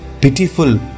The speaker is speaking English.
pitiful